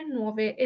nuove